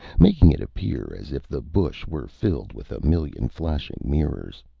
making it appear as if the bush were filled with a million flashing mirrors.